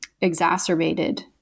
exacerbated